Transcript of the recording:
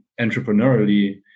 entrepreneurially